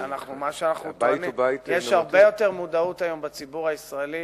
יש הרבה יותר מודעות היום בציבור הישראלי